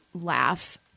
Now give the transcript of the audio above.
laugh